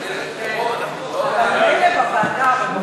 21